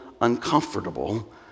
uncomfortable